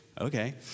Okay